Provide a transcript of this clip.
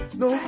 no